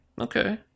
Okay